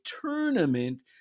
tournament